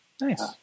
Nice